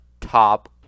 top